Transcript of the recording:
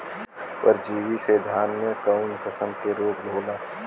परजीवी से धान में कऊन कसम के रोग होला?